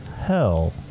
hell